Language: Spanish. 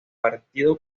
partido